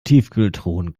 tiefkühltruhen